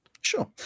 Sure